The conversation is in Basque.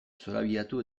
zorabiatu